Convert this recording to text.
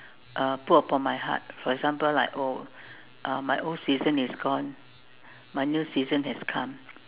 uh put upon my heart for example like oh uh my old season is gone my new season has come